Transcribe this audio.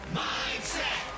mindset